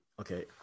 Okay